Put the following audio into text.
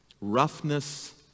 roughness